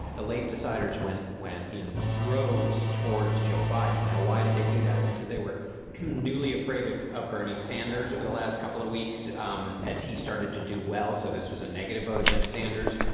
the late deciders went went in droves towards joe biden. now, why did they do that? is it because they were newly afraid of of bernie sanders over the last couple of weeks um as he started to do well? so this was a negative vote against sanders.